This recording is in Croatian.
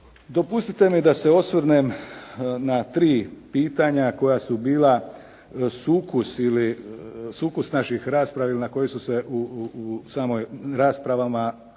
Dopustite mi da se osvrnem na tri pitanja koja su bila sukus ili sukus naših rasprava ili na koji su se u samoj raspravama u ovom